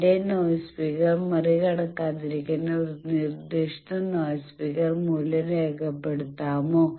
എന്റെ noise figure മറികടകാതിരിക്കാൻ ഒരു നിർദ്ദിഷ്ട നോയ്സ് ഫിഗർ മൂല്യം രൂപപ്പെടുത്താമോ